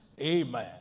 Amen